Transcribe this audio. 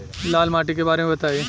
लाल माटी के बारे में बताई